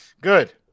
Good